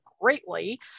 greatly